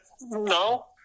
No